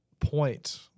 point